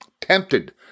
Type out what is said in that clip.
tempted